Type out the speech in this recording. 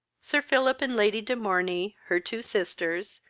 sir philip and lady de morney, her two sisters,